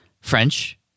French